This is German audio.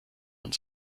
uns